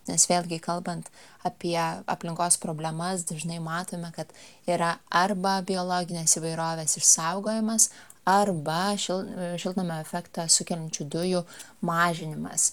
nes vėlgi kalbant apie aplinkos problemas dažnai matome kad yra arba biologinės įvairovės išsaugojimas arba šil šiltnamio efektą sukeliančių dujų mažinimas